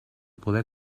poder